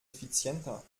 effizienter